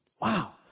Wow